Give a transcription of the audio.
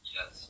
Yes